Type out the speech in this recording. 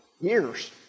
years